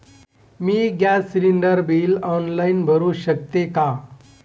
मी gas cylinder bill online भरु शकते का?